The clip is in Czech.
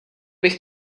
bych